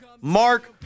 Mark